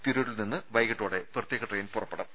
തിരൂരിൽനിന്ന് വൈകീട്ടോടെ പ്രത്യേക ട്രെയിൻ പുറപ്പെടും